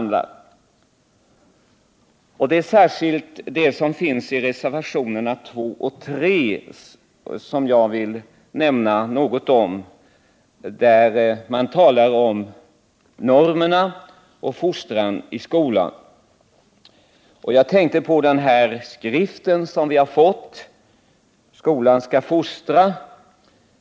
Det är särskilt det som finns i reservationerna 2 och 3 som jag vill nämna något om. Där talas det om normerna och fostran i skolan. Jag tänker på den skrift vi har fått, Skolan skall fostra.